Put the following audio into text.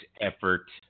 effort